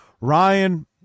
Ryan